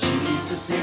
Jesus